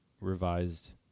revised